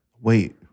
Wait